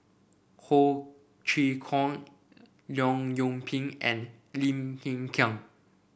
Ho Chee Kong Leong Yoon Pin and Lim Hng Kiang